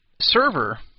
server